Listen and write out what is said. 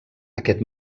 aquest